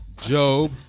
Job